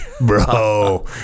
bro